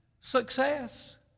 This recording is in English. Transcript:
Success